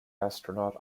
astronaut